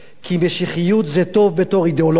כי משיחיות זה טוב בתור אידיאולוגיה.